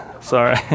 Sorry